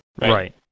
Right